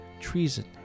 treason